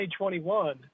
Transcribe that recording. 2021